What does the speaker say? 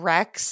Rex